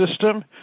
system